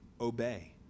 obey